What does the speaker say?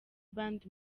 band